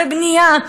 ובנייה,